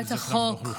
יהי זכרם ברוך.